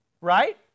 right